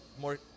more